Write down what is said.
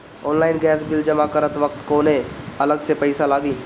Online gas bill जमा करत वक्त कौने अलग से पईसा लागी?